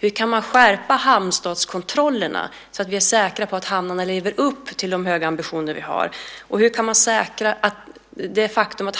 Hur kan man skärpa hamnstatskontrollerna så att vi är säkra på att hamnarna lever upp till de höga ambitioner vi har? Hur kan man säkra att hamnarna tar om hand det farliga